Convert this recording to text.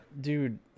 Dude